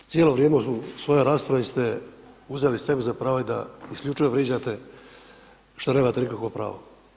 Cijelo vrijeme u svojoj raspravi ste uzeli sebi za pravo da isključivo vrijeđate, što nemate nikakvo pravo.